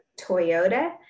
Toyota